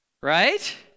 Right